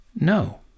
no